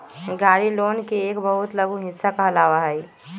गाड़ी लोन के एक बहुत लघु हिस्सा कहलावा हई